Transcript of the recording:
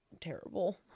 terrible